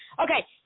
Okay